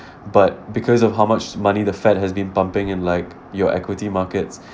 but because of how much money the F_E_D has been pumping in like your equity markets